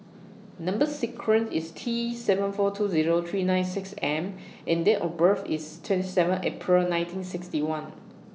Number sequence IS T seven four two Zero three nine six M and Date of birth IS twenty seven April nineteen sixty one